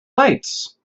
lights